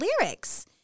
lyrics